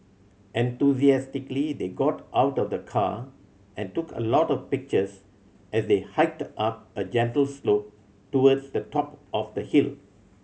enthusiastically they got out of the car and took a lot of pictures as they hiked up a gentle slope towards the top of the hill